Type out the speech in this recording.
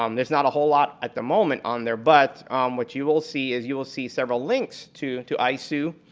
um there's not a whole lot at the moment on there but what you will see is you will see several links to to isoo,